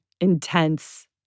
intense